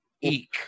Eek